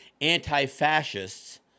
anti-fascists